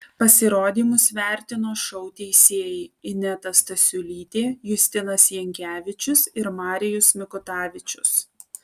pasirodymus vertino šou teisėjai ineta stasiulytė justinas jankevičius ir marijus mikutavičius